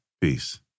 Peace